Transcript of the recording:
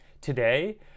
today